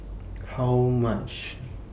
How much